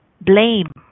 blame